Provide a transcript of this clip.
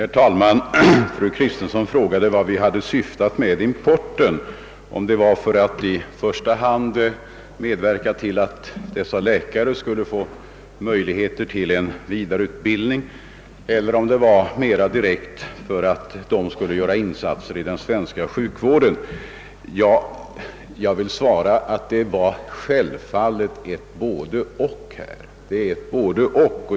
Herr talman! Fru Kristensson frågade vart vi syftat med importen — om vi i första hand ville medverka till att dessa läkare skulle få möjligheter till vidareutbildning eller om vi främst syftade till att de skulle göra insatser i den svenska sjukvården. Jag vill svara att det självfallet rör sig om ett både— och.